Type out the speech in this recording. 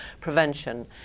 prevention